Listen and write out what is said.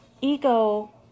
ego